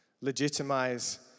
Legitimize